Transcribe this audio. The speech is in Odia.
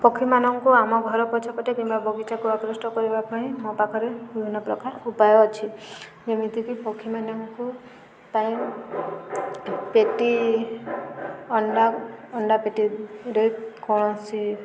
ପକ୍ଷୀମାନଙ୍କୁ ଆମ ଘର ପଛ ପଟେ କିମ୍ବା ବଗିଚାକୁ ଆକୃଷ୍ଟ କରିବା ପାଇଁ ମୋ ପାଖରେ ବିଭିନ୍ନ ପ୍ରକାର ଉପାୟ ଅଛି ଯେମିତିକି ପକ୍ଷୀମାନଙ୍କ ପାଇଁ ପେଟି ଅଣ୍ଡା ଅଣ୍ଡା ପେଟିରେ କୌଣସି